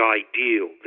ideal